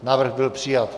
Návrh byl přijat.